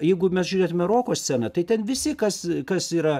jeigu mes žiūrėtume roko sceną tai ten visi kas kas yra